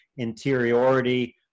interiority